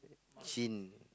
gin